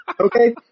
Okay